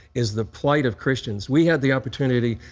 is the plight of christians. we have the opportunity,